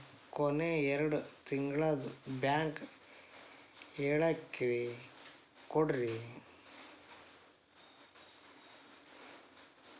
ಕೊನೆ ಎರಡು ತಿಂಗಳದು ಬ್ಯಾಂಕ್ ಹೇಳಕಿ ಕೊಡ್ರಿ